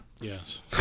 Yes